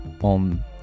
on